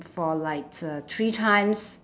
for like uh three times